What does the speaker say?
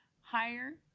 higher